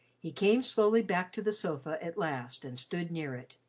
he came slowly back to the sofa, at last, and stood near it.